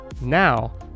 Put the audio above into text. Now